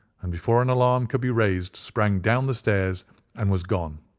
and before an alarm could be raised sprang down the stairs and was gone.